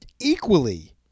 Equally